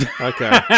okay